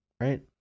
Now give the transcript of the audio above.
right